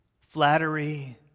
flattery